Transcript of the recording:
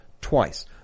twice